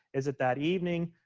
is it that evening?